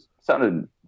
sounded